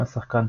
שם השחקן,